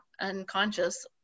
unconscious